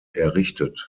errichtet